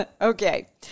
Okay